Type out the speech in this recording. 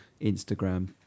instagram